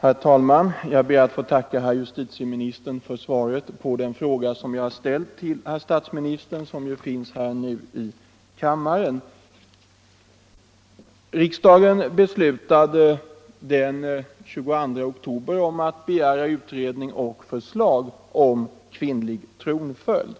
Herr talman! Jag ber att få tacka herr justitieministern för svaret på den fråga som jag ställt till herr statsministern, som nu finns här i kammaren. Riksdagen beslutade den 22 oktober att begära utredning och förslag om kvinnlig tronföljd.